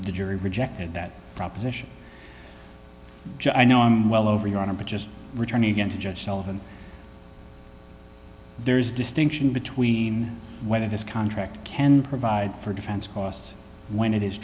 the jury rejected that proposition i know i'm well over your honor but just returning again to judge sullivan there is a distinction between whether this contract can provide for defense costs when it is